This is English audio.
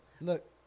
Look